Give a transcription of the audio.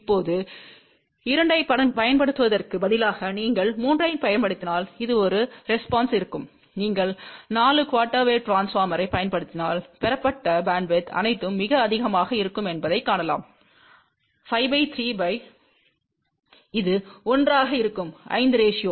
இப்போது 2 ஐப் பயன்படுத்துவதற்குப் பதிலாக நீங்கள் 3 ஐப் பயன்படுத்தினால் இது ஒரு ரெஸ்பான்ஸ் இருக்கும் நீங்கள் 4 குஆர்டெர் வேவ் ட்ரான்ஸ்போர்மர்யைப் பயன்படுத்தினால் பெறப்பட்ட பேண்ட்வித் அனைத்தும் மிக அதிகமாக இருக்கும் என்பதைக் காணலாம் 53¿¿இது 1 ஆக இருக்கும் 5 ரேஸியோ